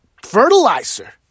fertilizer